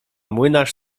młynarz